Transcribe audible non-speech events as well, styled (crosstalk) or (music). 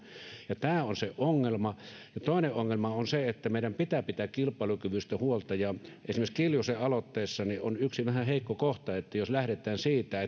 tämä on se ongelma toinen ongelma on se että meidän pitää pitää kilpailukyvystä huolta esimerkiksi kiljusen aloitteessa on yksi vähän heikko kohta jos lähdetään siitä (unintelligible)